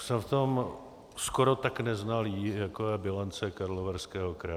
Jsem v tom skoro tak neznalý, jako je bilance Karlovarského kraje.